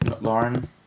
Lauren